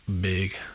big